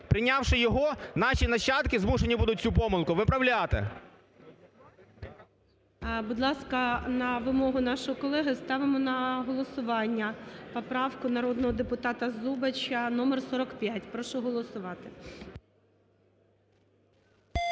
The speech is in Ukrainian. Прийнявши його, наші нащадки змушені будуть цю помилку виправляти. ГОЛОВУЮЧИЙ. Будь ласка, на вимогу нашого колеги ставимо на голосування поправку народного депутата Зубача номер 45. Прошу голосувати.